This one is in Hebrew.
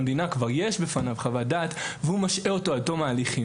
כבר יש בפני נציב שירות המדינה חוות דעת והוא משעה אותו עד תום ההליכים.